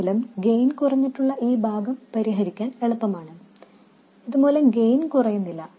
ഇതുമൂലം ഗെയിനിലുണ്ടാകുന്ന ഈ നഷ്ടം പരിഹരിക്കാൻ എളുപ്പമാണ് ഇതുമൂലം ഗെയിൻ കുറയുന്നില്ല